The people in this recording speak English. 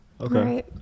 Okay